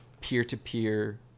peer-to-peer